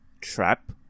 trap